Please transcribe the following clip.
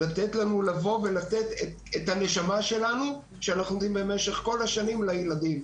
לאפשר לנו לתת את הנשמה שלנו כפי שאנחנו נותנים במשך כל השנים לילדים.